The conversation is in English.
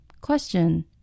Question